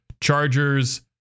chargers